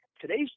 today's